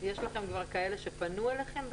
יש לכם כבר כאלה שפנו אליכם?